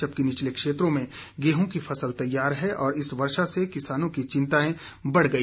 जबकि निचले क्षेत्रों में गेहूं की फसल तैयार है और इस वर्षा ने किसानों की चिंताएं बढ़ा दी